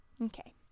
Okay